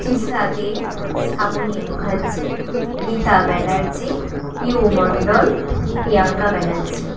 Trisha De Shrabani Mukherjee Rita Banerjee Piu Mondal Priyanka Banerjee